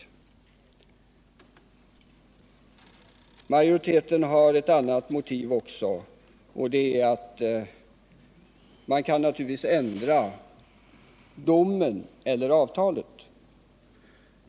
Nr 53 Majoriteten har ett annat motiv också, och det är att man naturligtvis kan ändra domen eller avtalet.